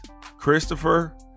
Christopher